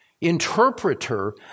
interpreter